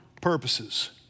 purposes